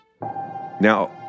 Now